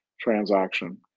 transaction